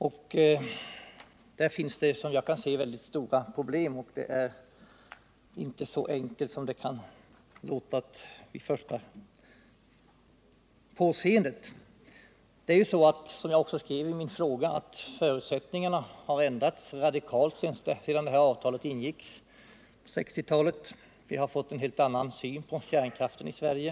Detta är såvitt jag förstår förenat med stora problem och inte så enkelt som det kan verka vid första påseendet. Som jag framhöll i min fråga har förutsättningarna ändrats radikalt sedan avtalet ingicks på 1960-talet. Vi har fått en helt annan syn på kärnkraften i Sverige.